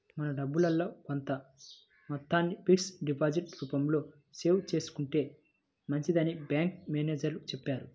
మన డబ్బుల్లో కొంత మొత్తాన్ని ఫిక్స్డ్ డిపాజిట్ రూపంలో సేవ్ చేసుకుంటే మంచిదని బ్యాంకు మేనేజరు చెప్పారు